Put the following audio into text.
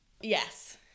yes